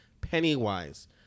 Pennywise